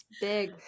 Big